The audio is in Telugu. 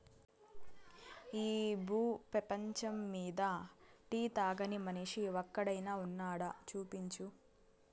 ఈ భూ పేపంచమ్మీద టీ తాగని మనిషి ఒక్కడైనా వున్నాడా, చూపించు